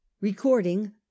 Recording